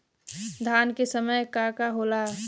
धान के समय का का होला?